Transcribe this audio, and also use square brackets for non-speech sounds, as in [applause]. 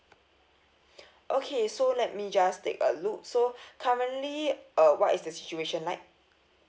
[breath] okay so let me just take a look so [breath] currently uh what is the situation like